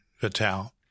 Vital